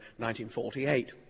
1948